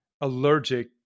allergic